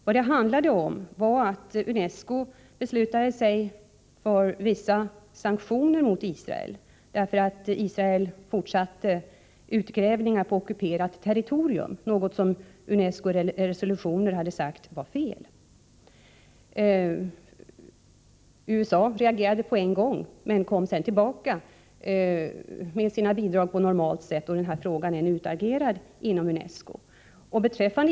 Vad det handlade om var att UNESCO beslöt sig för vissa sanktioner mot Israel därför att Israel fortsatte med utgrävningar på ockuperat territorium, någonting som UNESCO i resolutionen hade sagt var fel. USA reagerade på en gång, men kom sedan tillbaka med sina bidrag på normalt sätt, och den här frågan är nu utagerad inom UNESCO.